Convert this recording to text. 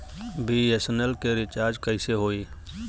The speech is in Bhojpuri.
बी.एस.एन.एल के रिचार्ज कैसे होयी?